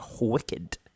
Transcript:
wicked